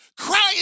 Crying